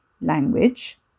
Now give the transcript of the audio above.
Language